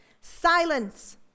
Silence